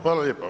Hvala lijepa.